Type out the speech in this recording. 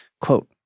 Quote